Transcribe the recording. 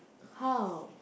how